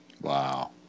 wow